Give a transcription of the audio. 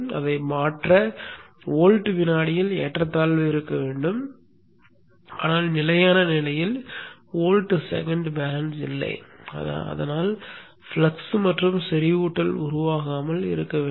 இந்த வோல்ட் வினாடி சமநிலை நிலையான நிலையில் இயக்கவியலில் மட்டுமே உள்ளது